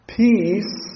peace